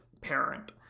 parent